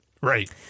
Right